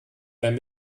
beim